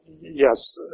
yes